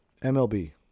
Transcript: MLB